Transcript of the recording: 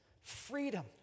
freedom